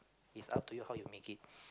is up to you how you make it